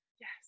Yes